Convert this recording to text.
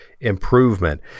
improvement